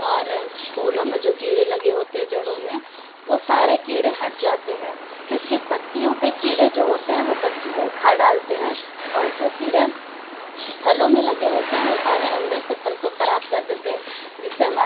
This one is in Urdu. اور پھولوں میں جو کیڑے لگے ہوتے ہیں جڑوں میں وہ سارے کیڑے ہٹ جاتے ہیں کیوں کہ پتیوں پہ کیڑے جو ہوتے ہیں وہ پتیوں کو کھا ڈالتے ہیں اور جو کیڑے پھلوں میں لگے ہوتے ہیں وہ سارے اندر سے پھل کو خراب کر دیتے ہیں جس سے ہمار